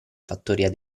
fattoria